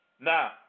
Now